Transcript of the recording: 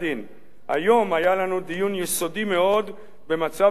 היום היה לנו דיון יסודי מאוד במצב ההתנחלויות,